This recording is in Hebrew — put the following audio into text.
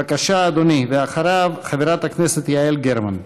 בבקשה, אדוני, ואחריו, חברת הכנסת יעל גרמן.